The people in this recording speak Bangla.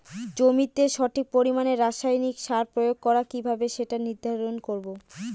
জমিতে সঠিক পরিমাণে রাসায়নিক সার প্রয়োগ করা কিভাবে সেটা নির্ধারণ করব?